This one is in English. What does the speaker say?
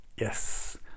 Yes